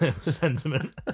Sentiment